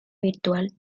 virtual